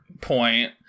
point